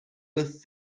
earth